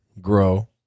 grow